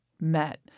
met